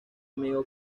amigo